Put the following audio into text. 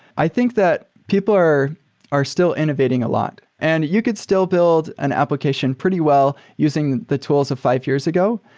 i think that people are are still innovating a lot. and you could still build an application pretty well using the tools of fi ve years ago,